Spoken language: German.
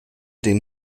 den